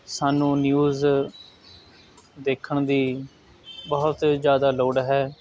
ਸਾਨੂੰ ਨਿਊਜ਼ ਦੇਖਣ ਦੀ ਬਹੁਤ ਜ਼ਿਆਦਾ ਲੋੜ ਹੈ